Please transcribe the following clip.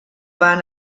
van